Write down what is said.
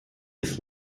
ist